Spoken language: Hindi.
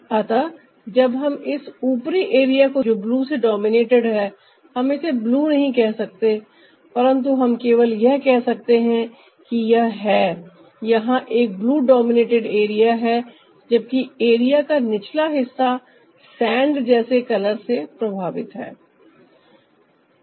अतः जब हम इस उपरी एरिया को देखते हैं जो ब्लू से डोमिनेटेड है हम इसे ब्लू नहीं कह सकते परन्तु हम केवल यह कह सकते हैं कि यह है यहां एक ब्लू डोमिनेटेड एरिया है जबकि एरिया का निचला हिस्सा सैंड जैसे कलर से प्रभावित है